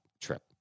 trip